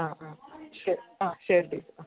ആ ആ ശരി ആ ശരി ടീച്ചർ ആ